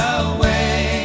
away